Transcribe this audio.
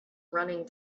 running